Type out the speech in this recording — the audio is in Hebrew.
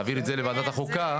להעביר את זה לוועדת החוקה,